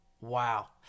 Wow